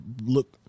look